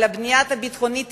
הבנייה הביטחונית תימשך.